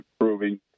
improving